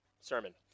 sermon